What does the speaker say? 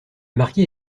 marquis